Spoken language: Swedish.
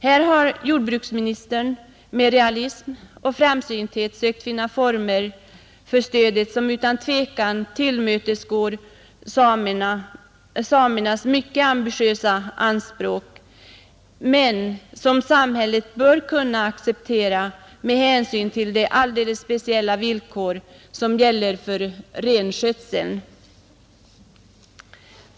Här har jordbruksministern med realism och framsynthet sökt finna former för stödet som utan tvivel tillmötesgår samernas mycket ambitiösa anspråk men som samhället bör kunna acceptera med hänsyn till de alldeles speciella villkor som gäller för renskötseln.